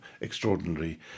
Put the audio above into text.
extraordinary